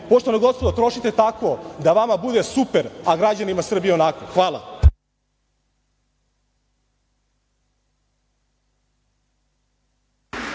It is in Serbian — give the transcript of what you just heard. Poštovana gospodo, trošite tako da vama bude super, a građanima Srbije onako. Hvala.